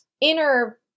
inner